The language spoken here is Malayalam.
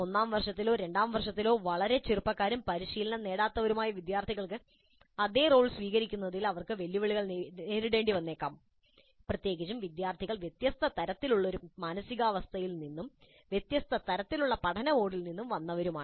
ഒന്നാം വർഷത്തിലോ രണ്ടാം വർഷത്തിലോ വളരെ ചെറുപ്പക്കാരും പരിശീലനം നേടാത്തവരുമായ വിദ്യാർത്ഥികൾക്ക് അതേ റോൾ സ്വീകരിക്കുന്നതിൽ അവർക്ക് വെല്ലുവിളികൾ നേരിടേണ്ടിവന്നേക്കാം പ്രത്യേകിച്ചും വിദ്യാർത്ഥികൾ വ്യത്യസ്ത തരത്തിലുള്ള ഒരു മാനസികാവസ്ഥയിൽ നിന്നും വ്യത്യസ്ത തരത്തിലുള്ള പഠന മോഡിൽ നിന്നും വരുന്നവരാണ്